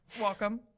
welcome